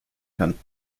kann